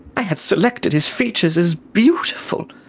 i had selected his features as beautiful.